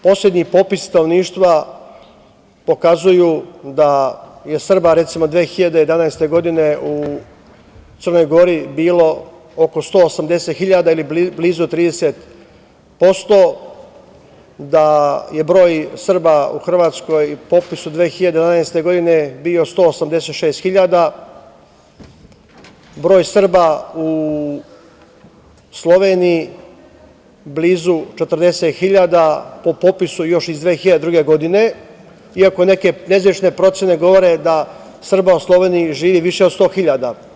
Poslednji popisi stanovništva pokazuju da je, recimo, 2011. godine u Crnoj Gori bilo oko 180.000 ili blizu 30%, da je broj Srba u Hrvatskoj po popisu iz 2011. godine bio 186.000, broj Srba u Sloveniji blizu 40.000 po popisu iz još 2002. godine, iako neke nezvanične procene govore da Srba u Sloveniji živi više od 100.000.